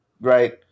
right